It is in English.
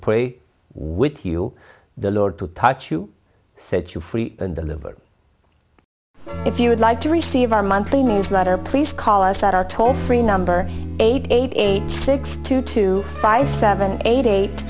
pray with you the lord to touch you set you free and deliver if you would like to receive our monthly newsletter please call us at our toll free number eight eight eight six two two five seven eight eight